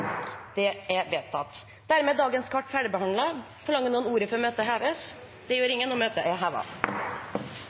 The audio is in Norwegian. Det anses vedtatt. Dermed er sakene på dagens kart ferdigbehandlet. Forlanger noen ordet før møtet heves? – Møtet er